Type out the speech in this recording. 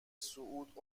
صعود